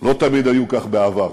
לא תמיד היו כך בעבר.